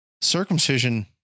circumcision